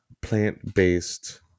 plant-based